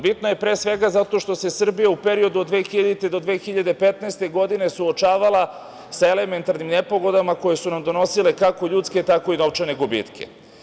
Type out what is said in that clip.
Bitno je pre svega zato što se Srbija u periodu od 2000. do 2015. godine suočavala sa elementarnim nepogodama koje su nam donosile kako ljudske, tako i novčane gubitke.